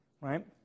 right